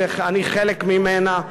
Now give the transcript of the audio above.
שאני חלק ממנה,